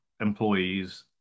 employees